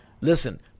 Listen